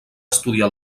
estudiar